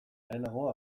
lehenago